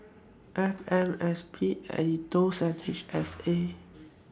F M S P Aetos and H S A